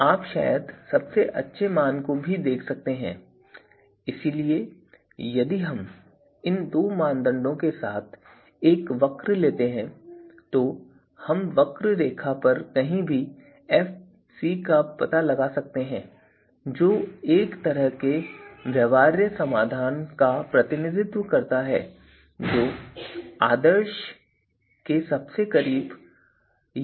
और आप शायद सबसे अच्छे मान भी देख सकते हैं इसलिए यदि हम इन दो मानदंडों के साथ एक वक्र लेते हैं तो हम वक्र रेखा पर कहीं भी Fc का पता लगा सकते हैं जो एक तरह से एक व्यवहार्य समाधान का प्रतिनिधित्व करता है जो आदर्श के सबसे करीब है